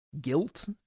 guilt